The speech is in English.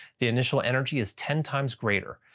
the initial energy is ten times greater,